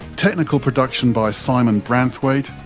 technical production by simon branthwaite,